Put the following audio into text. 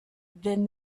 then